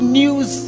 news